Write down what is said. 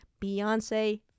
Beyonce